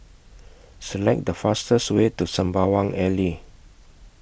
Select The fastest Way to Sembawang Alley